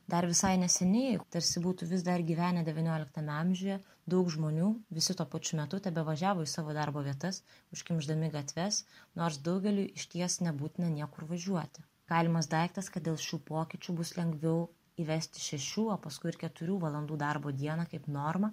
dar visai neseniai tarsi būtų vis dar gyvenę devynioliktame amžiuje daug žmonių visi tuo pačiu metu tebevažiavo į savo darbo vietas užkimšdami gatves nors daugeliui išties nebūtina niekur važiuoti galimas daiktas kad dėl šių pokyčių bus lengviau įvesti šešių o paskui ir keturių valandų darbo dieną kaip normą